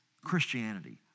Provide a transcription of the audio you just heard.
Christianity